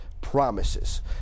promises